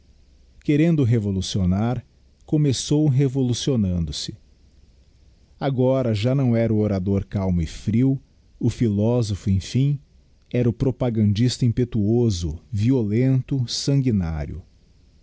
querendo revolucionar começou revolucionandose agora já não era o orador calmo e frio o philosopho emfim era o propagandista impectuoso violento sanguinário